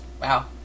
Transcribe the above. Wow